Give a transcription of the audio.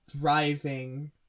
driving